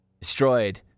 destroyed